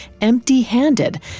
empty-handed